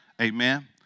Amen